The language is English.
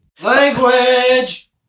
Language